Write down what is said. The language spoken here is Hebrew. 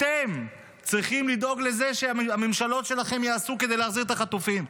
אתם צריכים לדאוג לזה שהממשלות שלכם יעשו כדי להחזיר את החטופים.